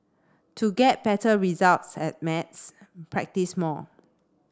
to get better results at maths practise more